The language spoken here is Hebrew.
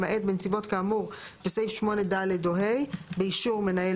למעט בנסיבות כאמור בסעיף 8(ד) או (ה) באישור מנהל